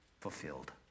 fulfilled